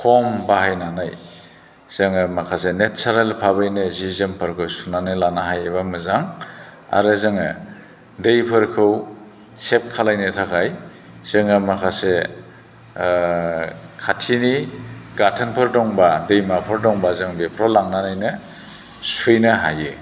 खम बाहायनानै जोङो माखासे नेचारेल भाबैनो सि जोमफोरखौ सुनानै लानो हायोबा मोजां आरो जोङो दैफोरखौ सेभ खालामनो थाखाय जोङो माखासे खाथिनि गाथोनफोर दंबा दैमाफोर दंबा जों बेफोराव लांनानैनो सुहैनो हायो